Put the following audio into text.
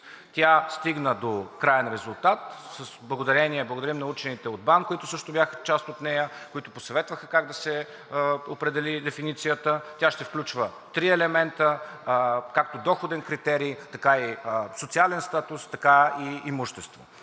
Тя стигна до краен резултат. Благодарим на учените от БАН, които също бяха част от нея, които ни посъветваха как се определи дефиницията. Тя ще включва три елемента – както доходен критерий, така и социален статус, така и имущество.